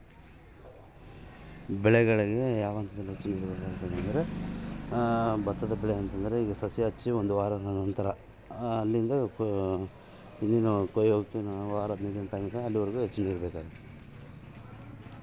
ಬೆಳೆಗಳಿಗೆ ಯಾವ ಹಂತದಲ್ಲಿ ಹೆಚ್ಚು ನೇರು ಬೇಕಾಗುತ್ತದೆ?